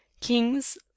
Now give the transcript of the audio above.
kings